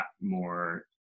more